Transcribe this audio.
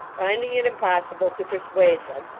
finding it impossible to persuade them,